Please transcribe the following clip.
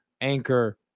Anchor